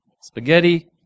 Spaghetti